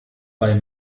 bei